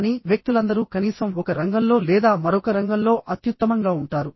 కానీ వ్యక్తులందరూ కనీసం ఒక రంగంలో లేదా మరొక రంగంలో అత్యుత్తమంగా ఉంటారు